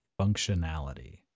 functionality